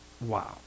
wow